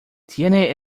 tiene